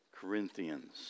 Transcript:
Corinthians